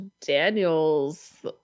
Daniel's